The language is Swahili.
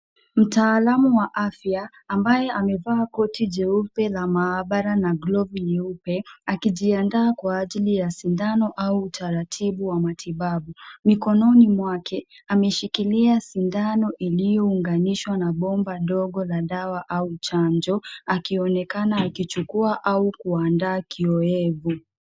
Mtaalamu wa afya ambaye amevaa koti jeupe la maabara na glovu nyeupe, akijiandaa kwa ajili ya sindano au utaratibu wa matibabu. Mikononi mwake, ameshikilia sindano iliyounganishwa na bomba ndogo la dawa au chanjo akionekana akichukua au kuandaa kiowevu.